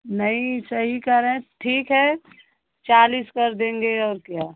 नहीं सही कह रहे हैं ठीक है चालीस कर देंगे और क्या